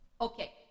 Okay